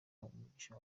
habumugisha